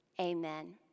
Amen